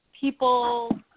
people